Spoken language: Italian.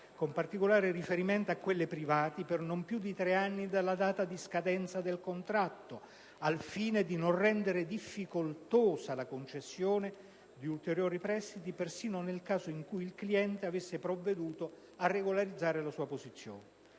con particolare riferimento a quelle private, per non più di tre anni dalla data di scadenza del contratto, al fine di non rendere difficoltosa la concessione di ulteriori prestiti persino nel caso in cui il cliente avesse provveduto a regolarizzare la sua posizione;